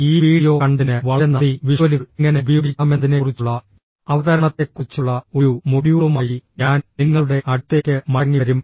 ഈ വീഡിയോ കണ്ടതിന് വളരെ നന്ദി വിഷ്വലുകൾ എങ്ങനെ ഉപയോഗിക്കാമെന്നതിനെക്കുറിച്ചുള്ള അവതരണത്തെക്കുറിച്ചുള്ള ഒരു മൊഡ്യൂളുമായി ഞാൻ നിങ്ങളുടെ അടുത്തേക്ക് മടങ്ങിവരും